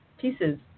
pieces